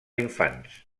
infants